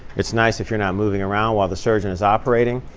it's nice if you're not moving around while the surgeon is operating.